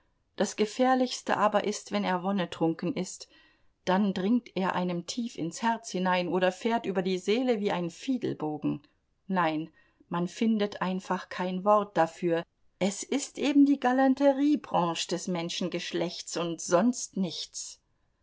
das gefährlichste aber ist wenn er wonnetrunken ist dann dringt er einem tief ins herz hinein oder fährt über die seele wie ein fiedelbogen nein man findet einfach kein wort dafür es ist eben die galanteriebranche des menschengeschlechts und sonst nichts